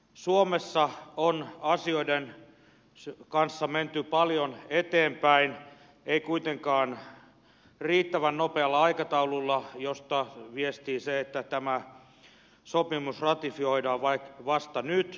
suomessa on asioiden kanssa menty paljon eteenpäin ei kuitenkaan riittävän nopealla aikataululla mistä viestii se että tämä sopimus ratifioidaan vasta nyt